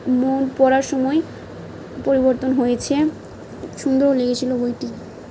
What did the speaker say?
মন পড়ার সময় পরিবর্তন হয়েছে সুন্দরও লেগেছিলো বইটি